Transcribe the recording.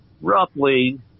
roughly